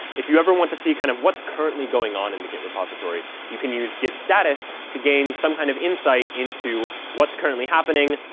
if you ever want to see kind of what's currently going on in the git repository, you can use git status to gain some kind of insight into what's currently happening,